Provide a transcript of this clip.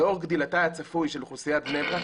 לאור גדילתה הצפוי של אוכלוסיית בני ברק,